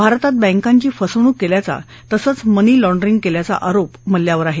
भारतात बँकांची फसवणूक केल्याचा तसंच मनी लाँडरिंगचा अरोप मल्ल्यावर आहे